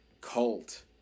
cult